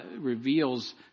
reveals